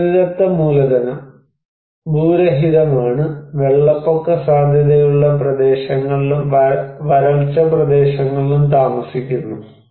പ്രകൃതിദത്ത മൂലധനം ഭൂരഹിതമാണ് വെള്ളപ്പൊക്ക സാധ്യതയുള്ള പ്രദേശങ്ങളിലും വരൾച്ച പ്രദേശങ്ങളിലും താമസിക്കുന്നു